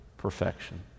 perfection